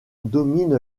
domine